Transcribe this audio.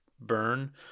Burn